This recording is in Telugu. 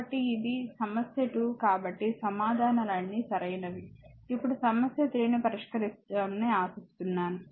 కాబట్టి ఇది సమస్య 2 కాబట్టి సమాధానాలు అన్నీ సరైనవని ఇప్పుడు సమస్య 3 పరిష్కరిస్తారని ఆశిస్తున్నాము